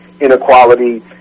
inequality